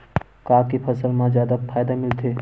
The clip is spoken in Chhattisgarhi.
का के फसल मा जादा फ़ायदा मिलथे?